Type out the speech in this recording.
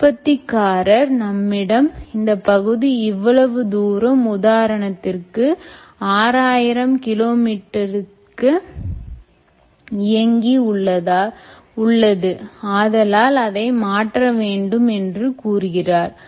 உற்பத்தி காரர் நம்மிடம் இந்த பகுதி இவ்வளவு தூரம் உதாரணத்திற்கு 6000 km தெற்கு இயங்கி உள்ளது ஆதலால் அது மாற்றப்பட வேண்டும் என்று கூறுகிறார்